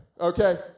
Okay